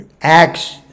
Acts